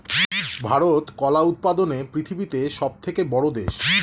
ভারত কলা উৎপাদনে পৃথিবীতে সবথেকে বড়ো দেশ